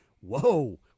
whoa